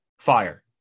fire